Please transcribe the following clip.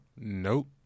Nope